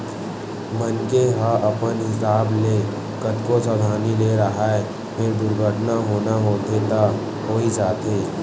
मनखे ह अपन हिसाब ले कतको सवधानी ले राहय फेर दुरघटना होना होथे त होइ जाथे